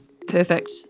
Perfect